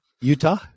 Utah